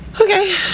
Okay